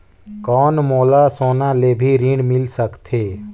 कौन मोला सोना ले भी ऋण मिल सकथे?